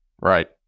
right